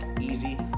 easy